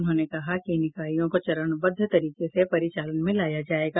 उन्होंने कहा कि इन इकाईयों को चरणबद्ध तरीके से परिचालन में लाया जायेगा